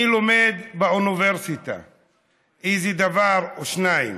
/ אני לומד באוניברסיטה / איזה דבר או שניים.